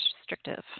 restrictive